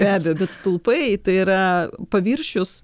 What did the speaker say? be abejo bet stulpai tai yra paviršius